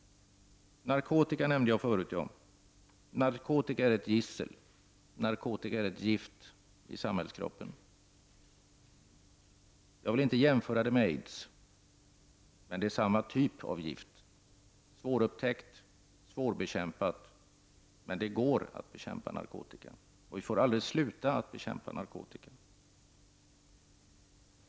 Jag nämnde narkotika tidigare. Narkotika är ett gissel. Den är ett gift i samhällskroppen. Jag vill inte jämföra med aids, men det är samma typ av gift; det är svårt att upptäcka och svårbekämpat. Men det går att bekämpa narkotika, och vi får aldrig sluta att bekämpa narkotikamissbruket.